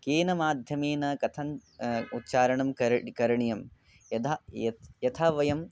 केन माध्यमेन कथं उच्चारणं कर् करणीयं यथा यत् यथा वयं